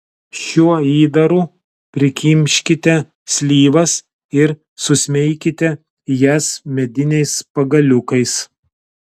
šiuo įdaru prikimškite slyvas ir susmeikite jas mediniais pagaliukais